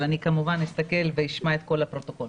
אבל אני כמובן אשמע ואסתכל על כל הפרוטוקול.